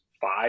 five